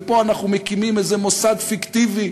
ופה אנחנו מקימים איזה מוסד פיקטיבי